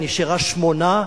היא נשארה עם שמונה,